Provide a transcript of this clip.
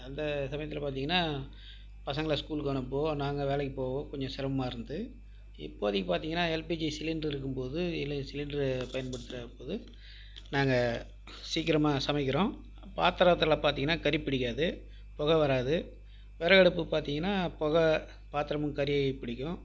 அந்த சமயத்தில் பார்த்திங்கன்னா பசங்களை ஸ்கூலுக்கு அனுப்பவோ நாங்கள் வேலைக்கு போகவோ கொஞ்சம் சிரமமா இருந்தது இப்போதைக்கு பார்த்திங்கன்னா எல்பிஜி சிலிண்டர் இருக்கும்போது இல்லை சிலிண்டர் பயன்படுத்துகிற போது நாங்கள் சீக்கிரமாக சமைக்கிறோம் பாத்திரத்தில் பார்த்திங்கன்னா கரி பிடிக்காது புகை வராது விறகடுப்பு பார்த்திங்கன்னா புகை பாத்திரமும் கரி பிடிக்கும்